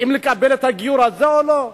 אם לקבל את הגיור הזה או לא.